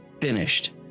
finished